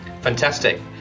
Fantastic